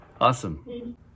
Awesome